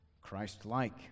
Christ-like